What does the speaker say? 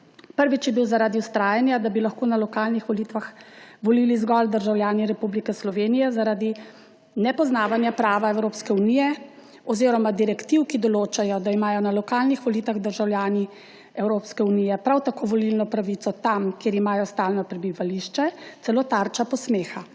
Prvič je bil zaradi vztrajanja, da bi lahko na lokalnih volitvah volili zgolj državljani Republike Slovenije, zaradi nepoznavanja prava Evropske unije oziroma direktiv, ki določajo, da imajo na lokalnih volitvah državljani Evropske unije prav tako volilno pravico tam, kjer imajo stalno prebivališče, celo tarča posmeha.